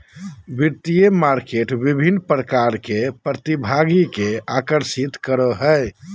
वित्तीय मार्केट विभिन्न प्रकार के प्रतिभागि के आकर्षित करो हइ